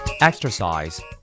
Exercise